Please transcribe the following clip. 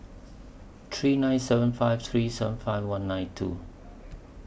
three nine seven five three seven five one nine two